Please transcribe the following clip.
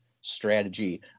strategy